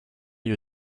you